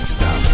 Stop